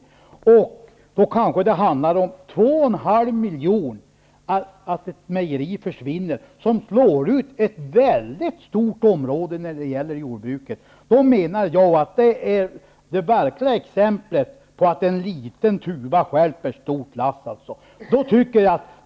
Att ett mejeri försvinner innebär kanske att man tjänar 2,5 miljoner och att jordbruket inom ett mycket stort område slås ut. Det är verkligen ett exempel på att en liten tuva stjälper ett stort lass.